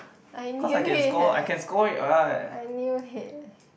I knew it eh I knew it